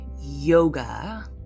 yoga